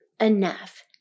enough